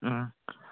ꯎꯝ